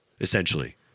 essentially